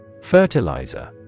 Fertilizer